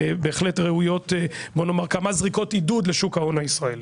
בהחלט ראויות בוא נאמר כמה זריקות עידוד לשוק ההון הישראלי,